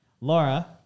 Laura